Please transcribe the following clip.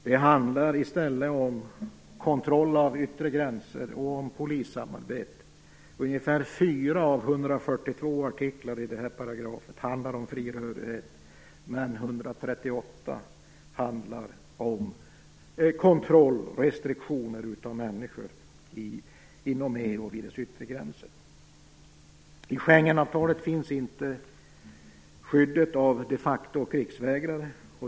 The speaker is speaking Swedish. Det handlar i stället om kontroll av yttre gränser och om polissamarbete. Ungefär 4 av 142 artiklar under den här paragrafen handlar om fri rörlighet, medan 138 handlar om kontroll av och restriktioner för människor inom EU och vid dess yttre gränser. I Schengenavtalet finns inte skyddet av de factoflyktingar och krigsvägrare.